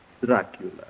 Dracula